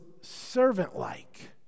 servant-like